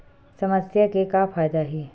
समस्या के का फ़ायदा हे?